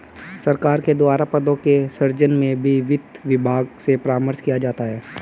सरकार के द्वारा पदों के सृजन में भी वित्त विभाग से परामर्श किया जाता है